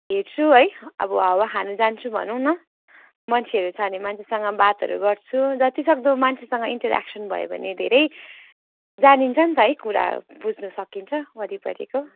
हेर्छु है अब हावा खानु जान्छु भनूँ न मान्छेहरू छ भने मान्छेसँग बातहरू गर्छु जति सक्दो मान्छेसँग इन्टऱ्याक्सन भयो भने धेरै जानिन्छ नि त है कुरा बुझ्नु सकिन्छ वरिपरिको